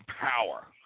power